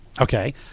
Okay